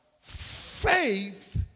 Faith